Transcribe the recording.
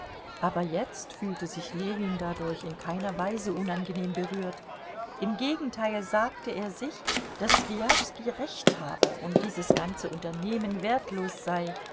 aber jetzt fühlte sich ljewin dadurch in keiner weise unangenehm berührt im gegenteil sagte er sich daß swijaschski recht habe und dieses ganze unternehmen wertlos sei